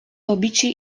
pobici